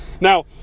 Now